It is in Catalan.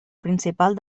principal